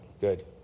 good